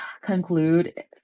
conclude